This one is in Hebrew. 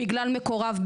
בגלל מקורב,